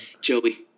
Joey